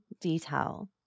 detail